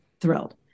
thrilled